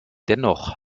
dennoch